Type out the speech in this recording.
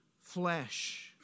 flesh